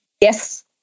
Yes